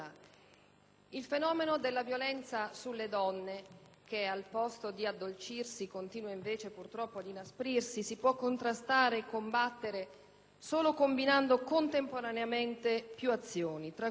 Il fenomeno della violenza sulle donne, che piuttosto che addolcirsi continua invece, purtroppo, ad inasprirsi, si può contrastare e combattere solo combinando contemporaneamente più azioni, tra cui,